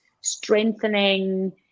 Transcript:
strengthening